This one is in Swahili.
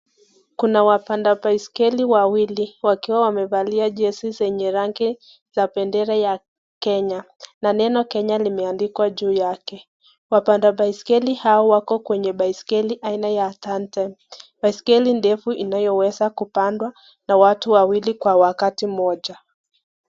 Kuna wapanda baiskeli wawili wakiwa wamevalia jezi zenye rangi za bendera ya Kenya na neno Kenya limeandikwa juu yake. Wapanda baiskeli hao wako kwenye baiskeli aina ya tandem, baiskeli ndefu inayoweza kupandwa na watu wawili kwa wakati mmoja.